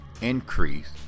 increase